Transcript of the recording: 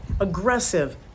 aggressive